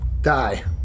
Die